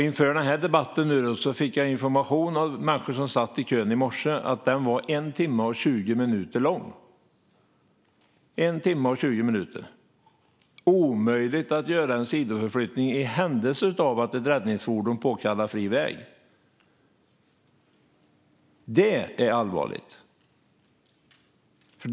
Inför den här debatten fick jag information från människor som satt i kön i morse om att kön var 1 timme och 20 minuter lång. Då är det omöjligt att göra en sidoförflyttning i händelse av att ett räddningsfordon påkallar fri väg. Det är allvarligt.